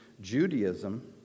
Judaism